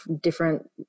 different